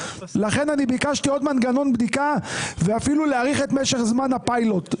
לכן ביקשתי עוד מנגנון בדיקה ואפילו להאריך את משך זמן הפיילוט.